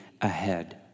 ahead